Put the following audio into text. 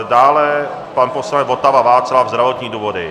Dále pan poslanec Votava Václav zdravotní důvody.